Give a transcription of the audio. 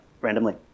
randomly